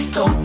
go